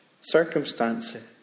circumstances